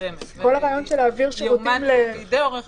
כל הרעיון של להעביר שירותים --- יאומת בידי עורך